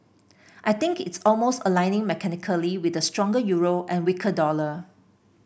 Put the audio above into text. I think it's almost aligning mechanically with the stronger euro and weaker dollar